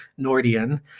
Nordian